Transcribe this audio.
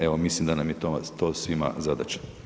Evo, mislim da nam je to svima zadaća.